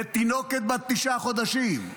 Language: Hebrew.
ותינוקת בת תשעה חודשים.